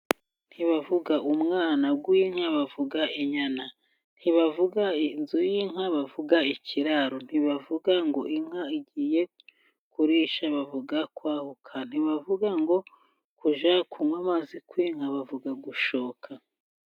Ntibavuga umwana w'inka bavuga inyana. Ntibavuga inzu y'inka, bavuga ikiraro. Ntibavuga ngo inka igiye kurisha, bavuga kwahuka. Ntibavuga ngo kujya kunywa amazi kw'inka, bavuga gushoka.